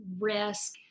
risk